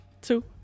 Two